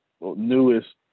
newest